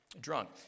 drunk